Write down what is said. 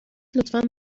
لطفا